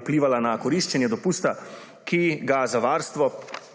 vplivala na koriščenje dopusta, ki ga za varstvo